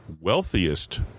wealthiest